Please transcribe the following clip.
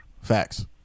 Facts